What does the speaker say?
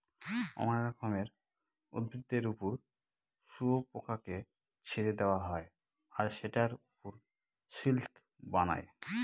অনেক রকমের উদ্ভিদের ওপর শুয়োপোকাকে ছেড়ে দেওয়া হয় আর সেটার ওপর সিল্ক বানায়